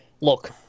look